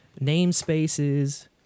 namespaces